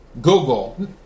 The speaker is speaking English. Google